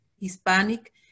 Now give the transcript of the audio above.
Hispanic